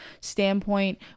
standpoint